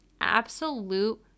absolute